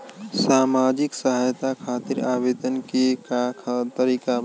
सामाजिक सहायता खातिर आवेदन के का तरीका बा?